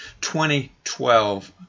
2012